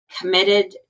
committed